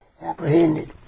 apprehended